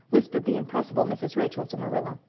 whispered the impressible mrs. rachel to marilla.